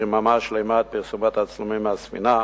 יממה שלמה את פרסום התצלומים מהספינה,